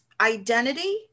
identity